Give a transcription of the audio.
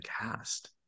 cast